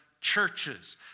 churches